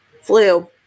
flu